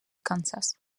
kansas